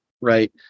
Right